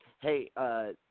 Hey